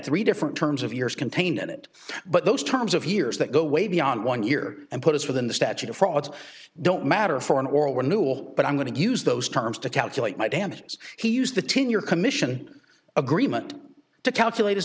three different terms of years contained in it but those terms of years that go way beyond one year and put is for them the statute of frauds don't matter for an oral or new all but i'm going to use those terms to calculate my damages he used the tin your commission agreement to calculat